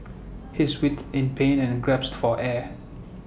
he writhed in pain and gasped for air